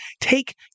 take